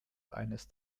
eines